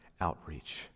outreach